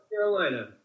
Carolina